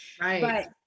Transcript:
Right